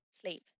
sleep